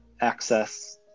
access